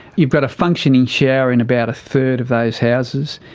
you've got a functioning shower in about a third of those houses.